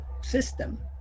system